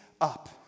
up